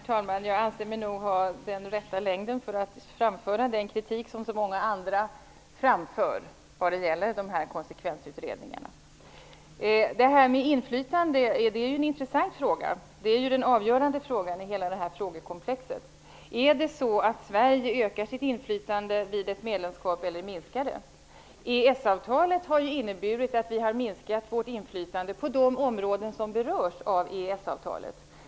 Herr talman! Jag anser mig nog ha den rätta längden för att framföra den kritik som också framförs av så många andra när det gäller konsekvensutredningarna. Frågan om inflytandet är intressant, och det är den avgörande frågan i hela frågekomplexet. Är det så att Sverige ökar eller minskar sitt inflytande vid ett medlemskap? EES-avtalet har ju inneburit att vi har minskat vårt inflytande på de områden som berörs av avtalet.